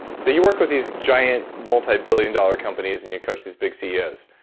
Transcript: so, you work with these giant, multi-billion dollar companies and you coach these big ceos.